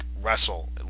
wrestle